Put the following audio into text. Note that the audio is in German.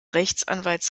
rechtsanwalts